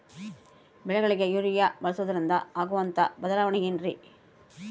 ಬೆಳೆಗಳಿಗೆ ಯೂರಿಯಾ ಬಳಸುವುದರಿಂದ ಆಗುವಂತಹ ಬದಲಾವಣೆ ಏನ್ರಿ?